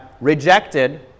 rejected